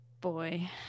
Boy